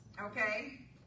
okay